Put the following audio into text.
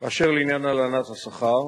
לבדוק את הנושא.